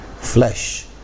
Flesh